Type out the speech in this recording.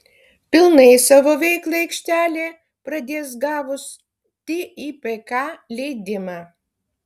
pilnai savo veiklą aikštelė pradės gavus tipk leidimą